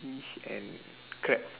fish and crab